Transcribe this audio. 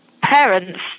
Parents